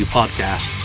Podcast